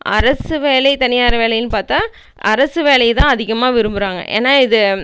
அரசு வேலை தனியார் வேலைன்னு பார்த்தா அரசு வேலை தான் அதிகமாக விரும்புறாங்க ஏன்னா இது